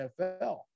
NFL